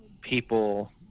people